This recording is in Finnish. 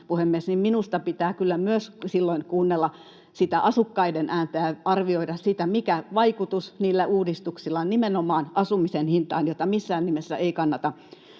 kuunnella myös sitä asukkaiden ääntä ja arvioida sitä, mikä vaikutus niillä uudistuksilla on nimenomaan asumisen hintaan, jota missään nimessä ei kannata